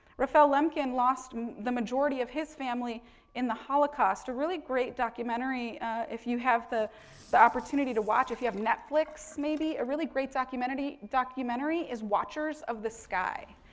raphael lemkin lost the majority of his family in the holocaust, a really great documentary if you have the the opportunity to watch, if you have netflix, maybe, a really great documentary documentary is watchers of the sky.